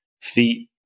feet